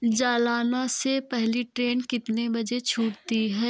जालाना से पहली ट्रेन कितने बजे छूटती है